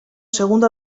segundo